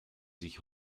sich